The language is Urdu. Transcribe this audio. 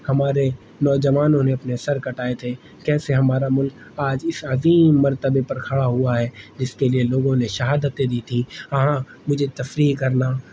ہمارے نوجوانوں نے اپنے سر کٹائے تھے کیسے ہمارا ملک آج اس عظیم مرتبے پر کھڑا ہوا ہے جس کے لیے لوگوں نے شہادتیں دی تھیں ہاں مجھے تفریح کرنا